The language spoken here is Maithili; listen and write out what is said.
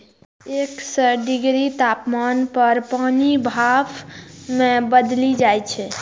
एक सय डिग्री तापमान पर पानि भाप मे बदलि जाइ छै